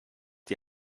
die